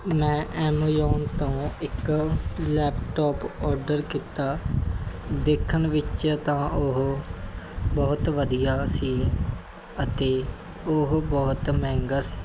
ਮੈਂ ਐਮਾਜੋਨ ਤੋਂ ਇੱਕ ਲੈਪਟੋਪ ਆਰਡਰ ਕੀਤਾ ਦੇਖਣ ਵਿੱਚ ਤਾਂ ਉਹ ਬਹੁਤ ਵਧੀਆ ਸੀ ਅਤੇ ਉਹ ਬਹੁਤ ਮਹਿੰਗਾ ਸੀ